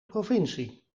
provincie